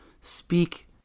speak